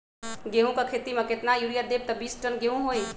गेंहू क खेती म केतना यूरिया देब त बिस टन गेहूं होई?